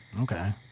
Okay